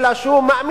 אלא הוא מאמין